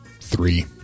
three